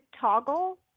toggle